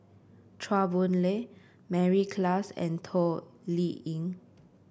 Chua Boon Lay Mary Klass and Toh Liying